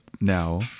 now